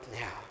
now